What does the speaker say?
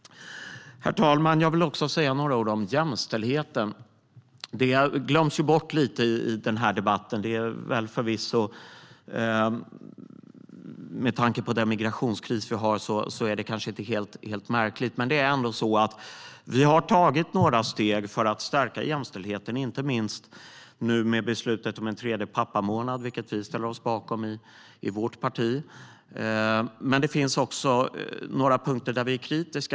Herr talman! Jag vill också säga några ord om jämställdheten, som glöms bort lite i den här debatten, vilket förvisso kanske inte är helt märkligt med tanke på den migrationskris vi har. Det är ändå så att vi har tagit några steg för att stärka jämställdheten, inte minst nu i och med beslutet om en tredje pappamånad, vilket vi ställer oss bakom i vårt parti. Men det finns också några punkter där vi är kritiska.